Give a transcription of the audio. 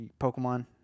Pokemon